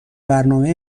برنامه